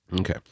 Okay